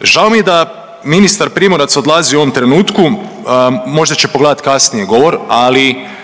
Žao mi je da ministar Primorac odlazi u ovom trenutku, možda će pogledati kasnije govor, ali